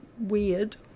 weird